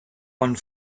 one